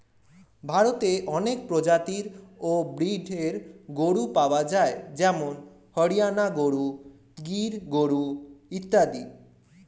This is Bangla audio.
ভারতে অনেক প্রজাতি ও ব্রীডের গরু পাওয়া যায় যেমন হরিয়ানা গরু, গির গরু ইত্যাদি